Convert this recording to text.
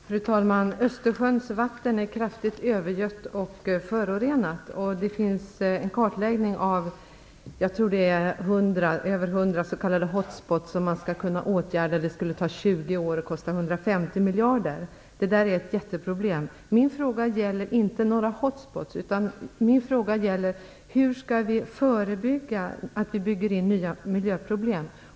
Fru talman! Östersjöns vatten är kraftigt övergött och förorenat. Det finns en kartläggning av över hundra, tror jag, "hot spots" som man skall kunna åtgärda. Det skulle ta 20 år och kosta 150 miljarder. Det är ett mycket stort problem. Min fråga gäller inte dessa "hot spots". Min fråga gäller hur vi skall kunna förebygga att vi inte bygger in nya miljöproblem.